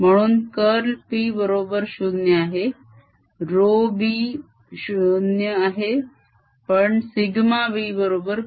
म्हणून curl P बरोबर 0 आहे ρb 0 आहे पण σb बरोबर p